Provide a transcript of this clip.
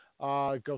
Go